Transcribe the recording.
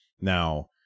Now